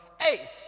hey